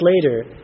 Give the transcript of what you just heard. later